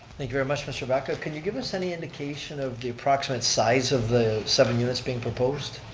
thank you very much, mr. vaca. can you give us any indication of the approximate size of the seven units being proposed?